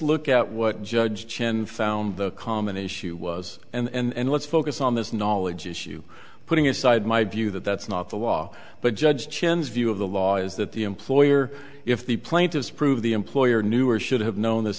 look at what judge chen found the common issue was and let's focus on this knowledge issue putting aside my view that that's not the law but judge chin's view of the law is that the employer if the plaintiffs prove the employer knew or should have known this